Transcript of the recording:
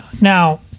Now